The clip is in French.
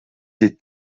des